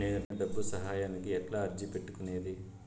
నేను డబ్బు సహాయానికి ఎట్లా అర్జీ పెట్టుకునేది?